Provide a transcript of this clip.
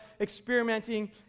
experimenting